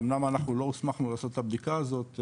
אומנם אנחנו לא הוסמכנו את הבדיקה הזאת,